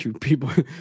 People